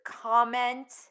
comment